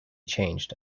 changed